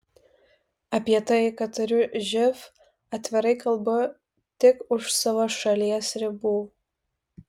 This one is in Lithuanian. apie tai kad turiu živ atvirai kalbu tik už savo šalies ribų